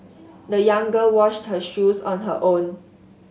the young girl washed her shoes on her own